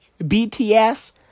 BTS